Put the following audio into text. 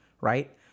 right